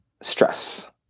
stress